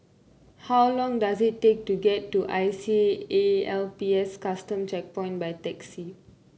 how long does it take to get to I C A L P S Custom Checkpoint by taxi